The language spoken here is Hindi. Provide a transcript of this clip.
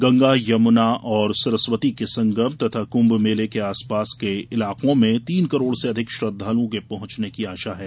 गंगा यमुना और सरस्वती के संगम तथा कम्म मेले के आसपास के इलाकों में तीन करोड़ से अधिक श्रद्वालुओं के पहुंचने की आशा है